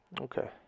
Okay